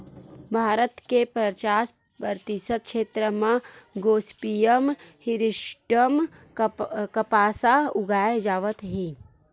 भारत के पचास परतिसत छेत्र म गोसिपीयम हिरस्यूटॅम कपसा उगाए जावत हे